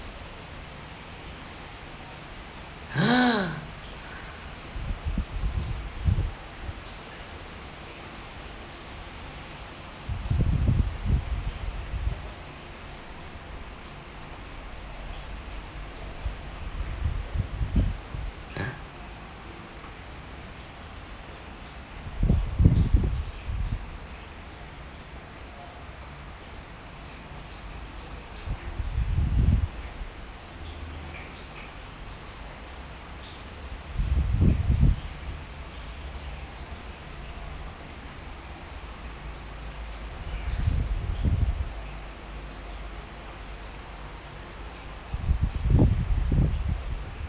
!huh! ya